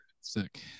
Sick